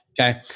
Okay